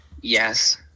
Yes